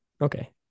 Okay